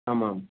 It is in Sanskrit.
आमाम्